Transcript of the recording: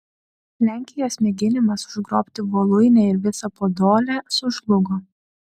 lenkijos mėginimas užgrobti voluinę ir visą podolę sužlugo